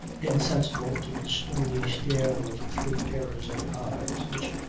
insensible to the stony stare of three pairs of eyes, which,